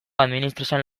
administrazioan